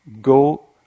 go